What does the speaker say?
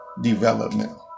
development